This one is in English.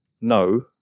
no